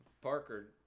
Parker